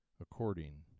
according